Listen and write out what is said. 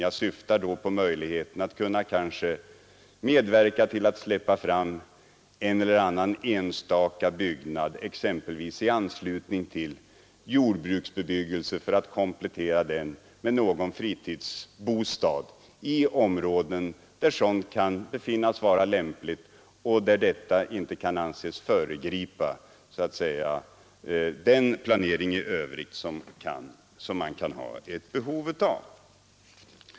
Jag syftar då på möjligheterna att släppa fram en och annan enstaka byggnad, exempelvis för att komplettera jordbruksbebyggelse med någon fritidsbostad, i områden där det kan befinnas lämpligt och där detta inte kan anses föregripa den planering i övrigt som man kan ha behov av.